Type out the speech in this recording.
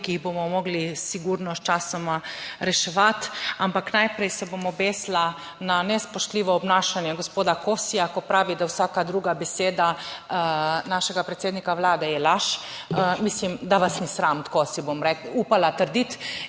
ki jih bomo mogli sigurno sčasoma reševati. Ampak najprej se bom obesila na nespoštljivo obnašanje gospoda Kosija, ko pravi, da vsaka druga beseda našega predsednika Vlade je laž. Mislim, da vas ni sram, tako si bom upala trditi.